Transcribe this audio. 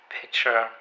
picture